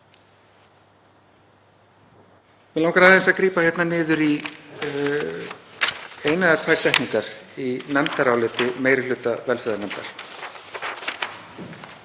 Mig langar aðeins að grípa hér niður í eina eða tvær setningar í nefndaráliti meiri hluta velferðarnefndar,